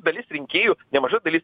dalis rinkėjų nemaža dalis